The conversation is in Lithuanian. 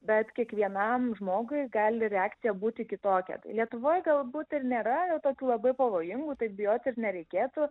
bet kiekvienam žmogui gali reakcija būti kitokia lietuvoj galbūt ir nėra tokių labai pavojingų tai bijoti ir nereikėtų